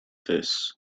fish